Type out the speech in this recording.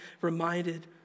reminded